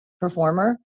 performer